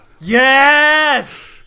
Yes